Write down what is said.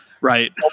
Right